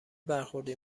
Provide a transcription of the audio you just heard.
برخوردی